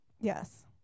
yes